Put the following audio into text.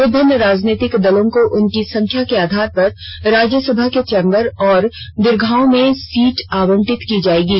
विभिन्न राजनीतिक दलों को उनकी संख्या के आधार पर राज्यसभा के चेम्बर और दीर्घाओं में सीटें आवंटित की जाएंगी